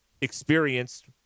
experienced